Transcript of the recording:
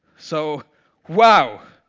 so wow!